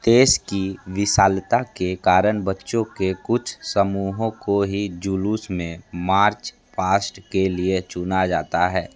देश की विशालता के कारण बच्चों के कुछ समूहों को ही जुलूस में मार्च पास्ट के लिए चुना जाता है